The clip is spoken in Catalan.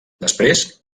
després